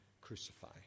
crucify